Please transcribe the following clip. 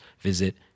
visit